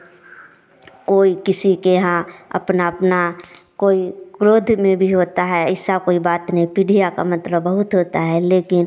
कोई किसी के यहाँ अपना अपना कोई क्रोध में भी होता है ऐसा कोई बात नहीं पीढ़ियाँ का मतलब बहुत होता है लेकिन